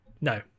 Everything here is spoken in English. no